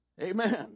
Amen